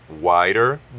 wider